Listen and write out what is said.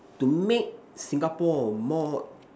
to make Singapore more